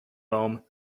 home